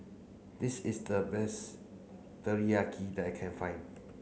this is the best Teriyaki that I can find